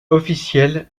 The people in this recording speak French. officiel